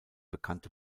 bekannte